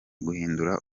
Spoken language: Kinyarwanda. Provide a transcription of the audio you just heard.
guhindura